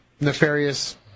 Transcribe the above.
nefarious